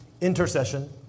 intercession